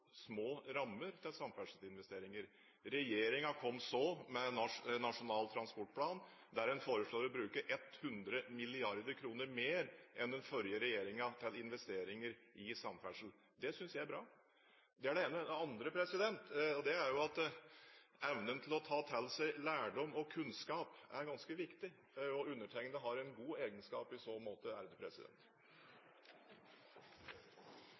små rammer til samferdselsinvesteringer. Regjeringen kom så med Nasjonal transportplan, der en foreslår å bruke 100 mrd. kr mer enn den forrige regjeringen til investeringer i samferdsel. Det synes jeg er bra. Det er det ene. Det andre er at evnen til å ta til seg lærdom og kunnskap er ganske viktig, og undertegnede har en god egenskap i så måte!